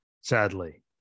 sadly